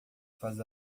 faz